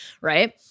right